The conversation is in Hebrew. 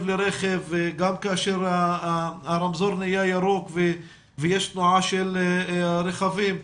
לרכב גם כאשר הרמזור נהיה ירוק ויש תנועה של רכבים.